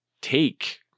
take